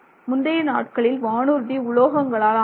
முந்தைய நாட்களில் வானூர்தி உலோகங்களால் ஆனது